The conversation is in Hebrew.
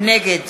נגד